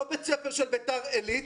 לא בית ספר של ביתר עילית,